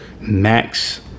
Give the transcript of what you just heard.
Max